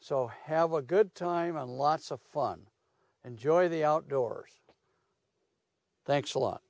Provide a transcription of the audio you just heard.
so have a good time a lots of fun and joy the outdoors thanks a lot